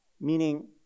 Meaning